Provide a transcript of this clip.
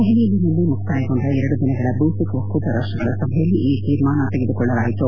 ದೆಹಲಿಯಲ್ಲಿ ನಿನ್ನೆ ಮುಕ್ತಾಯಗೊಂಡ ಎರಡು ದಿನಗಳ ಬೇಸಿಕ್ ಒಕ್ಕೂಟ ರಾಪ್ಲಗಳ ಸಭೆಯಲ್ಲಿ ಈ ತೀರ್ಮಾನ ತೆಗೆದುಕೊಳ್ಳಲಾಯಿತು